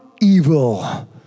evil